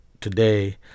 today